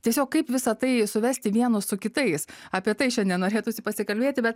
tiesiog kaip visa tai suvesti vienus su kitais apie tai šiandien norėtųsi pasikalbėti bet